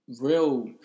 real